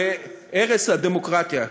לערש הדמוקרטיה,